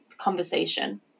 conversation